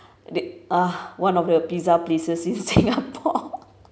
they ugh one of the pizza places in singapore